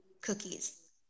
cookies